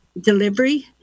delivery